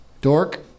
Dork